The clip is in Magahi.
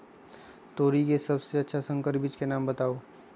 तोरी के सबसे अच्छा संकर बीज के नाम बताऊ?